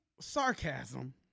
sarcasm